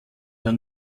der